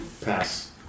Pass